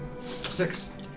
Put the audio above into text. Six